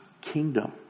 kingdom